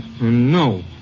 No